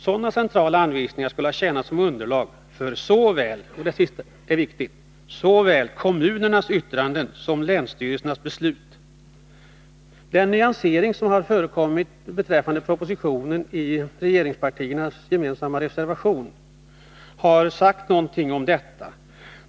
Sådana centrala anvisningar skulle ha tjänat som underlag för såväl — det är viktigt — kommunernas yttranden som länsstyrelsernas beslut. Den nyansering som har förekommit beträffande propositionen i regeringspartiernas gemensamma reservation säger någonting om detta.